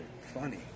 funny